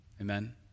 Amen